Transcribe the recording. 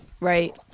Right